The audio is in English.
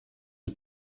had